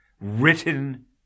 written